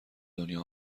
دنیا